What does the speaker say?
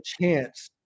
chance